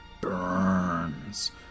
burns